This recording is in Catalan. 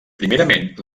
primerament